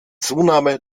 zunahme